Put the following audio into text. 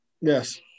Yes